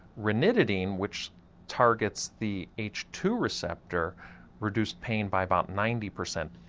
ranitidine which targets the h two receptor reduced pain by about ninety percent.